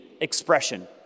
expression